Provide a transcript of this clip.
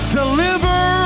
deliver